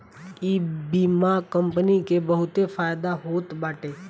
इ बीमा कंपनी के बहुते फायदा होत बाटे